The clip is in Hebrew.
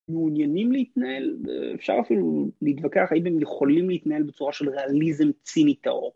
מעוניינים להתנהל, אפשר אפילו להתווכח האם הם יכולים להתנהל בצורה של ריאליזם ציני טהור.